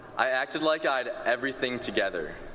i acted like i had everything together.